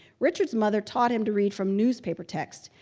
richard's mother taught him to read from newspaper text.